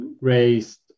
raised